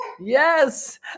Yes